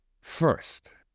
first